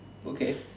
okay